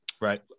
right